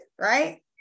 right